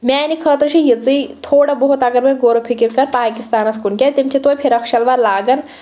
میٛانہِ خٲطرٕ چھُ یِژٕے تھوڑا بہت اگر وۄنۍ غورٕ فِکر کر پاکِستانَس کُن کیٛاز تِم چھِ توتہِ فِراک شلوار لاگان